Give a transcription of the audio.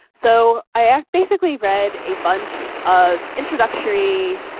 so i ah basically read a bunch of introductory